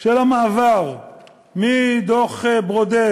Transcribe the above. של המעבר מדוח ברודט,